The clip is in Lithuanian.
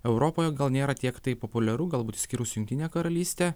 europoje gal nėra tiek taip populiaru galbūt išskyrus jungtinę karalystę